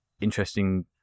interesting